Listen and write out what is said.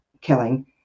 killing